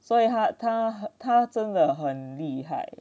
所以他他他真的很厉害